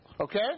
Okay